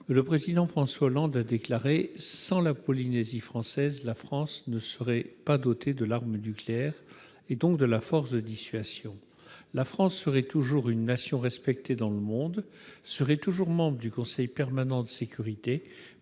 le président François Hollande a déclaré :« Sans la Polynésie française, la France ne serait pas dotée de l'arme nucléaire, et donc de la force de dissuasion. La France serait toujours une nation respectée dans le monde, serait toujours membre du Conseil permanent de sécurité,